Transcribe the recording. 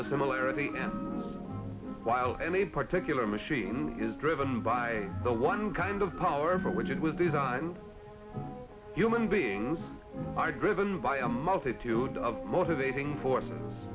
the similarity and while any particular machine is driven by the one kind of power for which it was designed human beings are driven by a multitude of motivating force